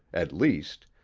at least,